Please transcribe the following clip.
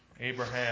Abraham